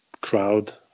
crowd